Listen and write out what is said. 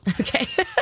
Okay